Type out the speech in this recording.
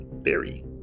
theory